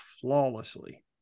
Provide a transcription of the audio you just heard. flawlessly